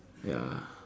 ya